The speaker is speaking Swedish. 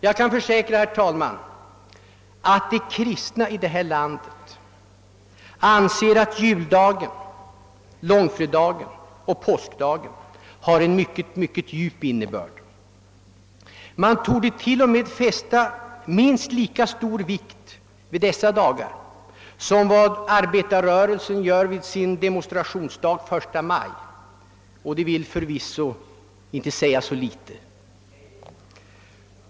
Jag kan försäkra, herr talman, att de kristna här i landet anser att juldagen, långfredagen och påskdagen har en mycket, mycket djup innebörd. Man torde till och med fästa minst lika stor vikt vid dessa dagar som arbetarrörelsen gör vid sin demonstrationsdag första maj — och det vill förvisso inte säga så litet.